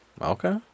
Okay